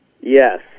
Yes